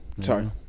Sorry